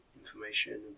information